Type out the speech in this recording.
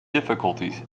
difficulties